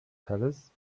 palace